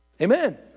Amen